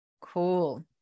Cool